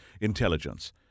intelligence